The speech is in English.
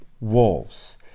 wolves